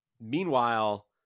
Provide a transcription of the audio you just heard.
Meanwhile